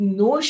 no